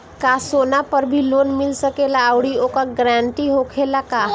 का सोना पर भी लोन मिल सकेला आउरी ओकर गारेंटी होखेला का?